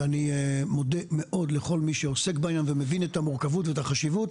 ואני מודה מאוד לכל מי שעוסק בעניין ומבין את המורכבות ואת החשיבות,